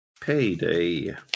payday